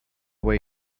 way